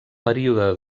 període